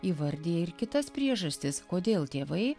įvardiję ir kitas priežastis kodėl tėvai